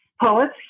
poets